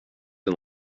and